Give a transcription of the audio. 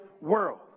world